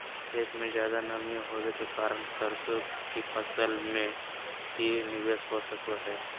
खेत में ज्यादा नमी होबे के कारण सरसों की फसल में की निवेस हो सको हय?